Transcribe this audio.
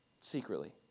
secretly